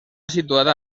situada